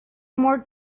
more